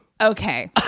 Okay